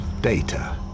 data